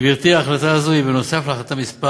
גברתי, ההחלטה הזו היא בנוסף להחלטה מס'